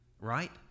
right